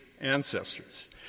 ancestors